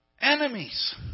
Enemies